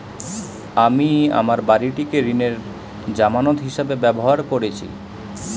আমি আমার বাড়িটিকে ঋণের জামানত হিসাবে ব্যবহার করেছি